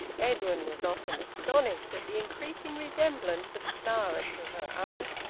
edwin was often astonished at the increasing resemblance of clara to her aunt,